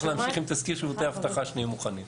צריך להמשיך עם תזכיר שירותי אבטחה שנהיה מוכנים.